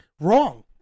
wrong